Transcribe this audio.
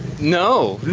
no